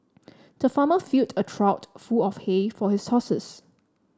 the farmer filled a trough full of hay for his horses